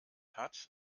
hat